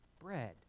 bread